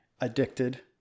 addicted